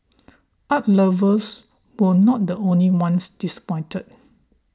art lovers were not the only ones disappointed